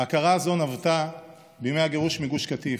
ההכרה הזאת נבטה בימי הגירוש מגוש קטיף.